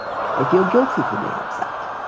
i feel guilty for being upset.